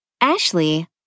Ashley